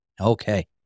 Okay